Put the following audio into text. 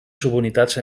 subunitats